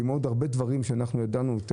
כמו עוד הרבה דברים שידענו להוציא החוצה,